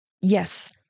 yes